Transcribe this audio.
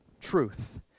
truth